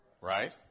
Right